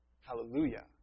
Hallelujah